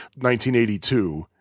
1982